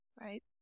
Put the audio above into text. right